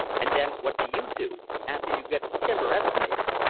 and then what do you do after you get the timber estimated?